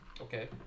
Okay